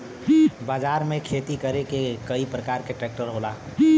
बाजार में खेती करे के कई परकार के ट्रेक्टर होला